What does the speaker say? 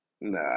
nah